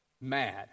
mad